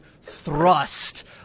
thrust